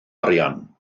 arian